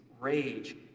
rage